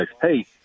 Hey